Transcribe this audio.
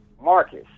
Marcus